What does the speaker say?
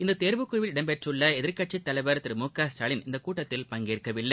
இந்த தேர்வுக் குழுவில் இடம்பெற்றுள்ள எதிர்க்கட்சித் தலைவர் திரு மு க ஸ்டாலின் இந்த கூட்டத்தில் பங்கேற்கவில்லை